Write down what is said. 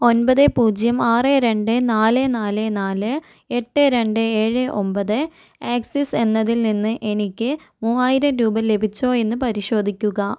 ഒൻപത് പൂജ്യം ആറ് രണ്ട് നാല് നാല് നാല് എട്ട് രണ്ട് ഏഴ് ഒൻപത് ആക്സിസ് എന്നതിൽ നിന്ന് എനിക്ക് മൂവായിരം രൂപ ലഭിച്ചോ എന്ന് പരിശോധിക്കുക